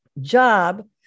job